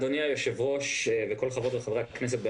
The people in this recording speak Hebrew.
אדוני היושב-ראש וכל חברי וחברות הכנסת על